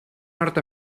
nord